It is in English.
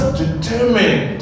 determined